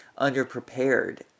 underprepared